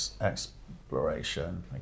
exploration